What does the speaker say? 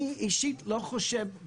אני אישית לא חושב,